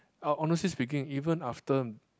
uh honestly speaking even after